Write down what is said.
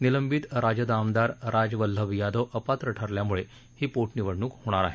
निलंबित राजद आमदार राज वल्लभ यादव अपात्र ठरल्यामुळे ही पोटनिवडणूक होणार आहे